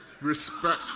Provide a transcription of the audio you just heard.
Respect